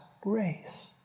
grace